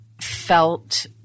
felt